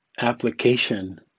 application